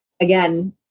Again